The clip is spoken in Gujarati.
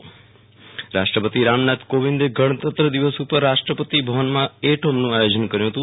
વિરલ રાણા અટ હોમ રાષ્ટપતિ રામનાથ કોવિંદે ગણતંત્ર દિવસ ઉપર રાષ્ટ્રપતિ ભવનમાં એટ હોમનું આયોજન કર્યું હતુ